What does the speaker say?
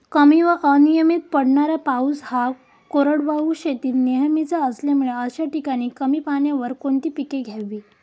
कमी व अनियमित पडणारा पाऊस हा कोरडवाहू शेतीत नेहमीचा असल्यामुळे अशा ठिकाणी कमी पाण्यावर कोणती पिके घ्यावी?